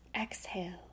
exhale